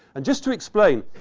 and just to explain,